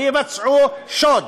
ויבצעו שוד,